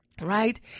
right